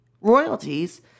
royalties